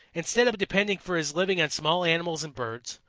instead of depending for his living on small animals and birds,